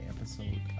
Episode